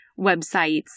websites